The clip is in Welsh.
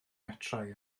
metrau